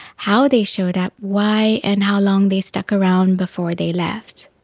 how they showed up, why and how long they stuck around before they left.